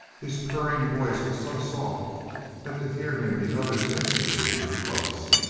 his purring voice was so soft that to hear him the others instantly drew close.